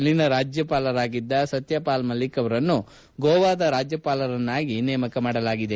ಇಲ್ಲಿನ ರಾಜ್ಯಪಾಲರಾಗಿದ್ದ ಸತ್ತಪಾಲ್ ಮಲಿಕ್ ಅವರನ್ನು ಗೋವಾದ ರಾಜ್ಯಪಾಲರನ್ನಾಗಿ ನೇಮಕ ಮಾಡಲಾಗಿದೆ